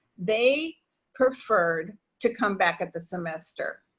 they preferred to come back at the semester,